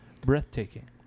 Breathtaking